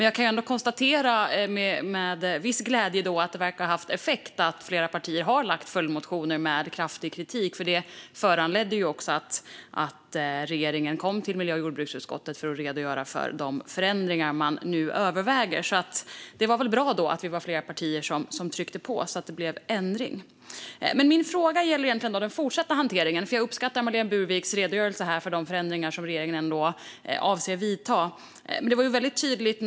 Jag konstaterar dock med viss glädje att det faktum att flera partier har lagt fram följdmotioner med kraftig kritik verkar ha haft effekt. Det föranledde att regeringen kom till miljö och jordbruksutskottet för att redogöra för de förändringar som man nu överväger. Därför var det bra att vi var flera partier som tryckte på så att en ändring kom till stånd. Jag uppskattar Marlene Burwicks redogörelse för de förändringar som regeringen avser att vidta. Min fråga gäller egentligen den fortsatta hanteringen.